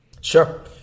Sure